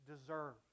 deserve